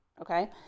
Okay